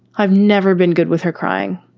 i've never been good with her crying.